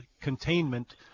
containment